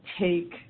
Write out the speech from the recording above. take